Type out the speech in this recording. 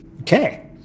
Okay